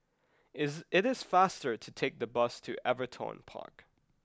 is it is faster to take the bus to Everton Park